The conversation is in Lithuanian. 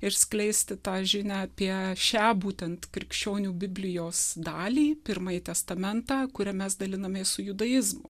ir skleisti tą žinią apie šią būtent krikščionių biblijos dalį pirmąjį testamentą kurią mes dalinamės su judaizmu